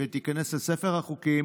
אין מתנגדים,